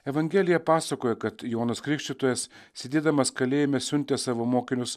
evangelija pasakoja kad jonas krikštytojas sėdėdamas kalėjime siuntė savo mokinius